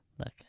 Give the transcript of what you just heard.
Look